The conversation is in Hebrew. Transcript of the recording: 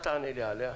אל תענה לי עליה,